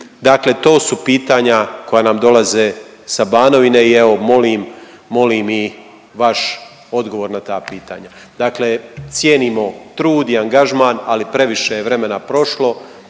Dakle, to su pitanja koja nam dolaze sa Banovine i evo molim i vaš odgovor na ta pitanja. Dakle, cijenimo trud i angažman, ali previše je vremena prošlo,